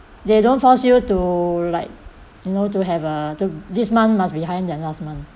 they don't force you to like you know to have uh th~ this month must behind than last month